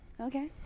Okay